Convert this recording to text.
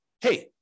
hey